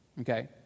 okay